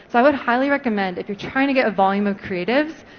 so i would highly recommend if you're trying to get a volume of creatives,